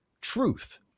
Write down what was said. truth